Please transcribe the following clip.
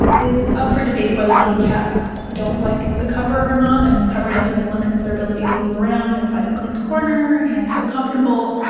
it's up for debate whether or not cats don't like the cover or not. i mean, the cover definitely limits their ability to move around and find a clean corner and feel comfortable.